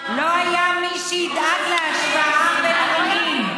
לא היה מי שידאג להשוואה בין המינים,